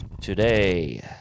today